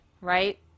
right